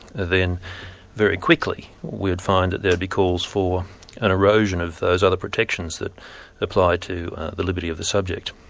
then very quickly we'd find that there'd be calls for an erosion of those other protections that apply to the liberty of the subject.